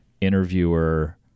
interviewer